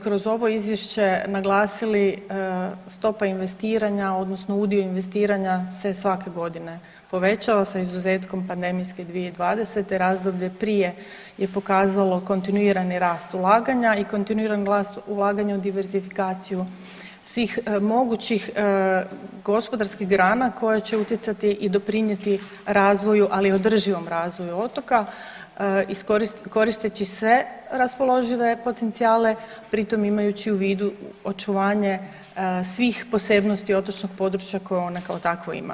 Kao što smo i kroz ovo izvješće naglasili stopa investiranja odnosno udio investiranja se svake godine povećao sa izuzetkom pandemijske 2020. razdoblje prije je pokazalo kontinuirani rast ulaganja i kontinuirani rast ulaganja u diversifikaciju svih mogućih gospodarskih grana koje će utjecati i doprinijeti razvoju, ali održivom razvoju otoka koristeći sve raspoložive potencijale, pri tom imajući u vidu očuvanje svih posebnosti otočnog područje koje ono kao takvo ima.